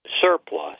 surplus